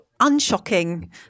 unshocking